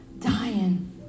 dying